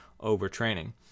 overtraining